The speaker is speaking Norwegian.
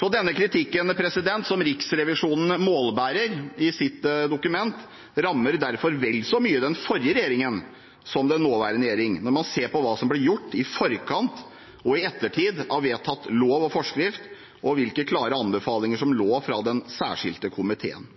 Den kritikken som Riksrevisjonen målbærer i sitt dokument, rammer derfor vel så mye den forrige regjeringen som den nåværende når man ser på hva som ble gjort i forkant og i ettertid av vedtatt lov og forskrift, og hvilke klare anbefalinger som lå der fra den særskilte komiteen.